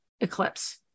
eclipse